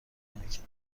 نمیکرد